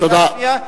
תודה.